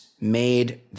made